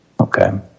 Okay